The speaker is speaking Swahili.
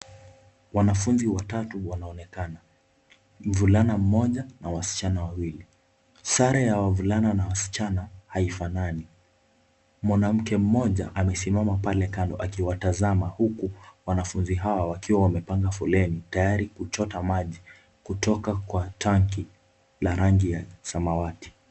Wanafunzi watatu wanaonekana, mvulana mmoja na wasichana wawili, sare ya wavulana na wasichana haifanani. Mwanamke mmoja amesimama pale kando akiwatazama huku wanafunzi hawa wakiwa wamepanga foleni tayari kuchota maji kutoka kwa tanki la rangi ya samawati.